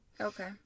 okay